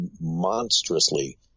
monstrously